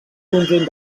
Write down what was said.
conjunt